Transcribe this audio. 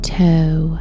toe